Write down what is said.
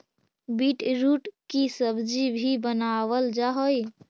beetroot की सब्जी भी बनावाल जा हई